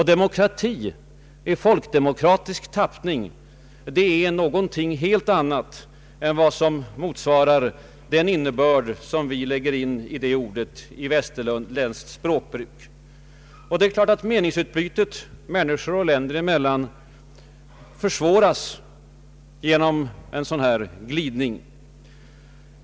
Demokrati i folkdemokratisk tappning är någon ting helt annat än vad vi lägger in i det ordet i västerländskt språkbruk. Meningsutbyten människor och länder emellan försvåras givetvis därigenom.